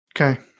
Okay